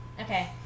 Okay